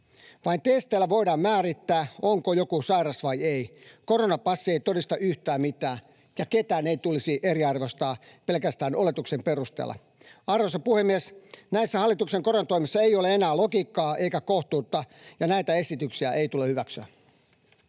Vain testeillä voidaan määrittää, onko joku sairas vai ei. Koronapassi ei todista yhtään mitään, ja ketään ei tulisi eriarvoistaa pelkästään oletuksen perusteella. Arvoisa puhemies! Näissä hallituksen koronatoimissa ei ole enää logiikkaa eikä kohtuutta, ja näitä esityksiä ei tule hyväksyä.